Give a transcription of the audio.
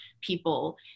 people